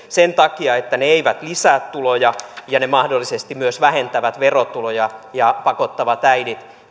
sen takia että ne eivät lisää tuloja ja ne mahdollisesti myös vähentävät verotuloja ja pakottavat äidit